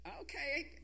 Okay